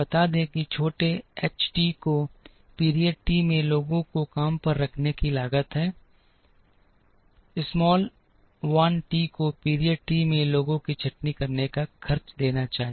बता दें कि छोटे h t को पीरियड t में लोगों को काम पर रखने की लागत होती है small l t को पीरियड t में लोगों की छंटनी करने का खर्च देना चाहिए